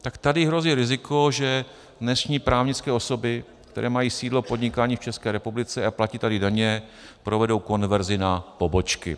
Tak tady hrozí riziko, že dnešní právnické osoby, které mají sídlo podnikání v České republice a platí tady daně, provedou konverzi na pobočky.